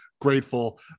grateful